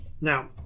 Now